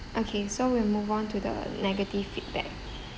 okay so we move on to the negative feedback